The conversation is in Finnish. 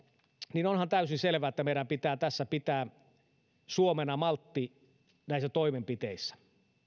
niin onhan täysin selvää että meidän suomena pitää tässä pitää maltti näissä toimenpiteissä